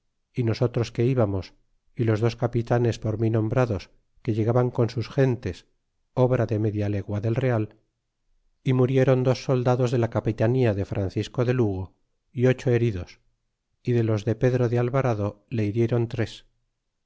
y nosotros que íbamos y los dos capitanes por mi nombrados que llegaban con sus gentes obra de media legua del real y muriéron dos soldados de la capitanía de francisco de lugo y ocho heridos y de los de pedro de alvarado le hirieron tres